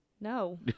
No